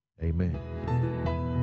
amen